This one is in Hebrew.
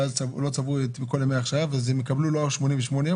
ואז הם יקבלו לא 88 יום,